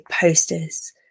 posters